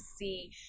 see